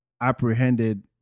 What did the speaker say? apprehended